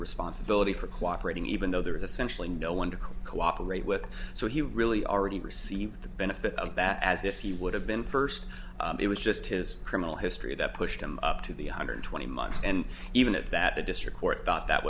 responsibility for cooperating even though there is essentially no one to cooperate with so he really already received the benefit of that as if you would have first it was just his criminal history that pushed him up to the hundred twenty months and even at that the district court thought that